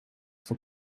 for